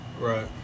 Right